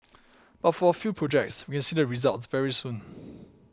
but for a few projects we can see the results very soon